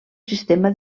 sistema